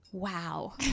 Wow